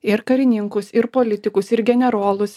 ir karininkus ir politikus ir generolus